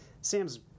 sam's